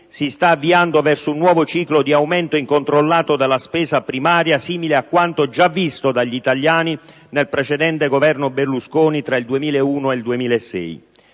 si sta avviando verso un nuovo ciclo di aumento incontrollato della spesa primaria, simile a quanto già visto dagli italiani nel precedente Governo Berlusconi tra il 2001 e il 2006.